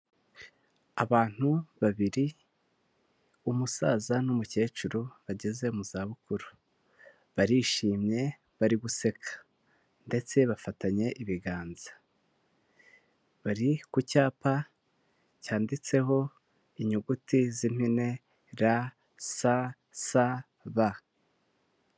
Abantu babiri; umusaza n'umukecuru bageze mu zabukuru, barishimye bari guseka ndetse bafatanye ibiganza, bari ku cyapa cyanditseho inyuguti z'impine RSSB.